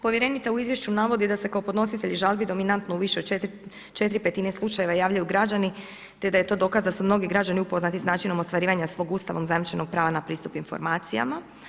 Povjerenica u izvješću navodi da se kao podnositelj žalbi dominantno u više četiri petine slučajeva javljaju građani te da je to dokaz da su mnogi građani upoznati s načinom ostvarivanja svog ustavom zajamčenog prava na pristup informacijama.